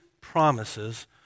promises